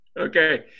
Okay